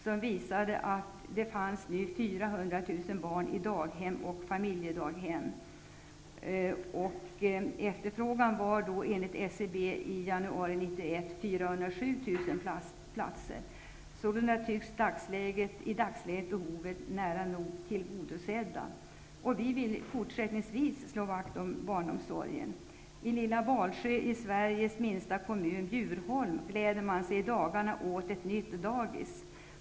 Där visades att det nu finns 400 000 barn i daghem och familjedaghem. Sålunda tycks i dagsläget behoven vara nära nog tillgodosedda. Vi vill fortsättningsvis slå vakt om barnomsorgen. I lilla Balsjö, i Sveriges minsta kommun Bjurholm, gläder man sig i dagarna åt ett nytt dagis.